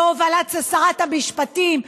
בהובלת שרת המשפטים,